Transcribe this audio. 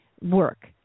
Work